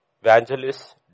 evangelists